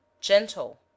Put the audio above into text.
Gentle